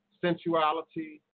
sensuality